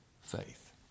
faith